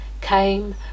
came